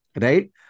right